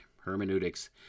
hermeneutics